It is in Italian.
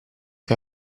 che